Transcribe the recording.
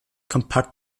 kompakt